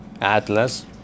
atlas